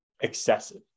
excessive